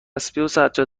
سجاده